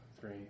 three